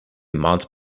mont